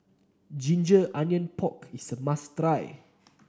Ginger Onions Pork is a must try